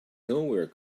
nowhere